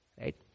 right